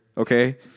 Okay